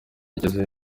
igeze